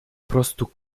prostu